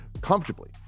comfortably